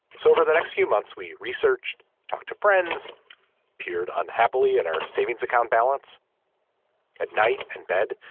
so over the next few months we researched talked to friends peered unhappily at our savings account balance at night in bed.